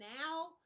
now